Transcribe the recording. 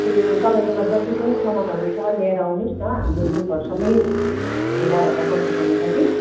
त्यो तपाईँकोमा जति पनि सामानहरू छ लिएर आउनुहोस् न हाम्रो ग्रुपहरू सबै भेला भएर बसेको हुन्छ कि